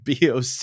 boc